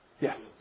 Yes